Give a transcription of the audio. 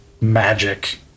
magic